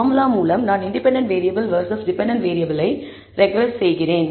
formula மூலம் நான் independent variable versus dependent வேறியபிளை ரெக்ரெஸ் செய்கிறேன்